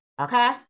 okay